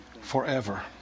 forever